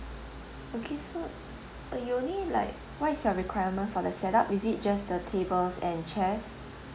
okay so uh you only like what is your requirement for the set up is it just like the tables and chairs